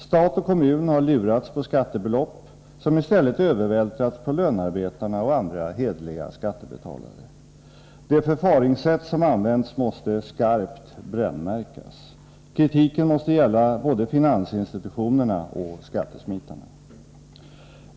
Stat och kommun har lurats på skattebelopp som i stället övervältrats på lönarbetarna och andra hederliga skattebetalare. Det förfaringssätt som använts måste skarpt brännmärkas. Kritiken måste gälla både finansinstitutionerna och skattesmitarna.